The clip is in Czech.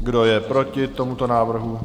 Kdo je proti tomuto návrhu?